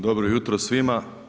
Dobro jutro svima.